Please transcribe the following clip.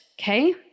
Okay